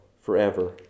forever